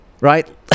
Right